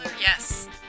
Yes